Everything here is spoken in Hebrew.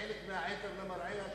וחלק מהעדר למרעה שמן.